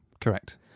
Correct